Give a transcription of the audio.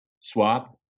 swap